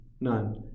None